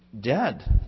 dead